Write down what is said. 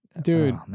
Dude